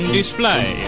display